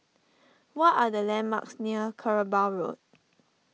what are the landmarks near Kerbau Road